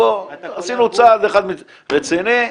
עשינו צעד אחד רציני,